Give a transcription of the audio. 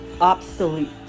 obsolete